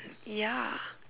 ya